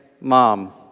mom